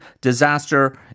disaster